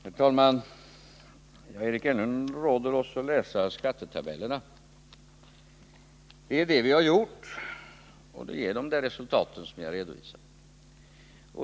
Herr talman! Eric Enlund råder oss att läsa skattetabellerna. Det har vi gjort och det ger de resultat som jag har redovisat.